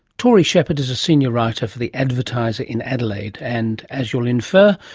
tory shepherd is a senior writer for the advertiser in adelaide and, as you'll infer,